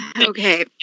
Okay